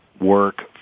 work